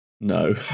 No